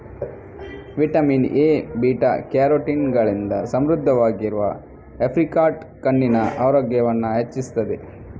vitamin A, beta carotene ಗಳಿಂದ ಸಮೃದ್ಧವಾಗಿರುವ apricot ಕಣ್ಣಿನ ಆರೋಗ್ಯವನ್ನ ಹೆಚ್ಚಿಸ್ತದೆ